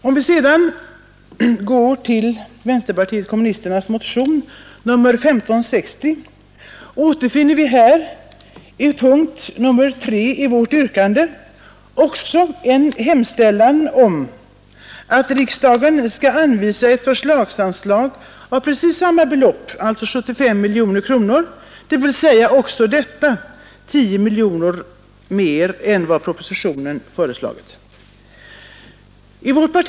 Om vi går till vänsterpartiet kommunisternas motion nr 1560 finner vi också i punkten 3 i vårt yrkande en hemställan om att riksdagen skall anvisa ett förslagsanslag av precis samma storlek, alltså 75 miljoner kronor, även det sålunda 10 miljoner kronor mer än vad som föreslagits i propositionen.